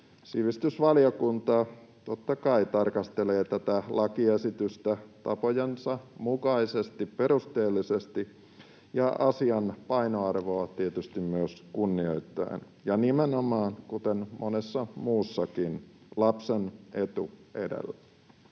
Sivistysvaliokunta totta kai tarkastelee tätä lakiesitystä tapojensa mukaisesti perusteellisesti ja asian painoarvoa tietysti myös kunnioittaen — ja nimenomaan, kuten monessa muussakin, lapsen etu edellä.